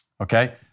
Okay